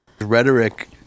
rhetoric